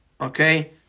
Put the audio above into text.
Okay